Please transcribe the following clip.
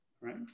Right